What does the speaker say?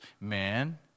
man